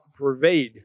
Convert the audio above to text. pervade